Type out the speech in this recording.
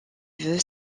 veut